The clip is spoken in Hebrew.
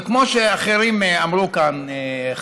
אבל כמו שאחרים אמרו כאן,